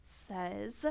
Says